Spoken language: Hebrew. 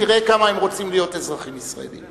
תראה כמה הם רוצים להיות אזרחים ישראלים.